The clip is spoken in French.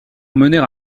mener